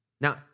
Now